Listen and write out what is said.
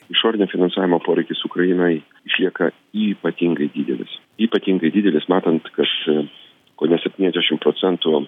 išorinio finansavimo poreikis ukrainai išlieka ypatingai didelis ypatingai didelis matant kad kone septyniasdešim procentų